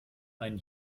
einen